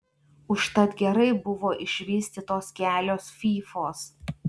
užtat gerai buvo išvystytos kelios fyfos